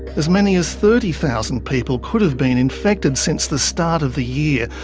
as many as thirty thousand people could have been infected since the start of the year,